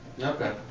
Okay